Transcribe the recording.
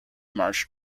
march